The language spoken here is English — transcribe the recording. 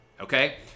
Okay